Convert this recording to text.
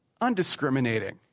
undiscriminating